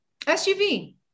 SUV